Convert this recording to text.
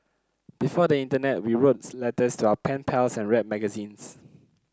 before the internet we wrote letters to our pen pals and read magazines